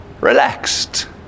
relaxed